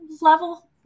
level